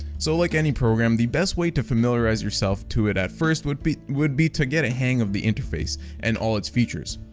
so like any program the best way to familiarize yourself to it at first would be would be to get a hang of the interface and all its features.